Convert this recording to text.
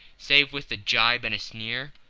save with a gibe and a sneer.